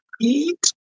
eat